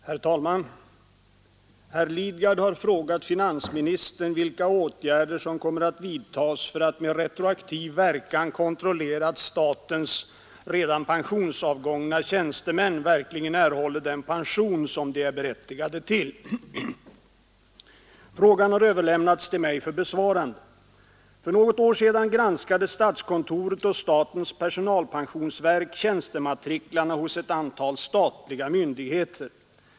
Herr talman! Herr Lidgard har frågat finansministern vilka åtgärder som kommer att vidtagas för att med retroaktiv verkan kontrollera att statens redan pensionsavgångna tjänstemän verkligen erhåller den pension, som de är berättigade till. Frågan har överlämnats till mig för besvarande. För något år sedan granskade statskontoret och statens personalpensionsverk tjänstematriklarna hos ett antal statliga myndigheter.